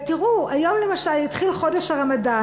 תראו, היום למשל התחיל חודש הרמדאן.